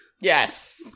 Yes